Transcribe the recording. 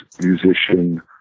musician